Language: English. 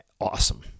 awesome